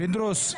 פינדרוס,